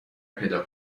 پیدا